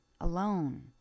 alone